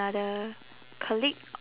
~ther colleague